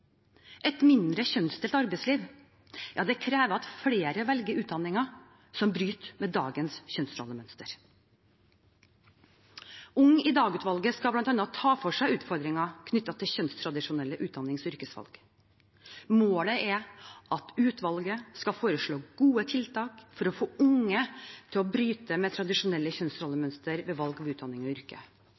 Et mindre kjønnsdelt arbeidsliv krever at flere velger utdanninger som bryter med dagens kjønnsrollemønster. #UngIDag-utvalget skal bl.a. ta for seg utfordringer knyttet til kjønnstradisjonelle utdannings- og yrkesvalg. Målet er at utvalget skal foreslå gode tiltak for å få unge til å bryte med tradisjonelle kjønnsrollemønstre ved valg av utdanning og yrke.